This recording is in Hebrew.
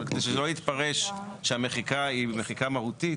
אבל שלא יתפרש שהמחיקה היא מחיקה מהותית.